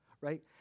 right